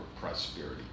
prosperity